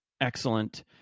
excellent